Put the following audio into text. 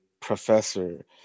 professor